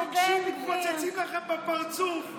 המוקשים מתפוצצים לכם בפרצוף.